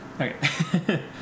Okay